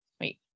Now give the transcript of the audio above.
wait